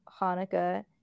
hanukkah